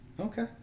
Okay